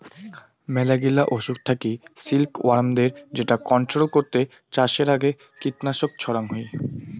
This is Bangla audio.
মেলাগিলা অসুখ থাকি সিল্ক ওয়ার্মদের যেটা কন্ট্রোল করতে চাষের আগে কীটনাশক ছড়াঙ হই